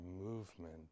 movement